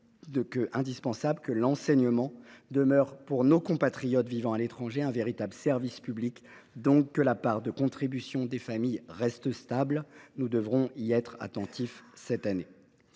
que l’enseignement demeure pour les Français résidant à l’étranger un véritable service public, c’est à dire que la part de contribution des familles reste stable. Nous devrons y être attentifs cette année.